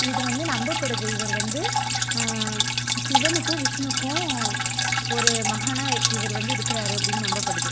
இது வந்து நம்பப்படுது இவர் வந்து சிவனுக்கும் விஷ்ணுவுக்கும் ஒரு மகனாக இவர் வந்து இருக்கிறாரு அப்படின்னு நம்பப்படுது